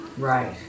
Right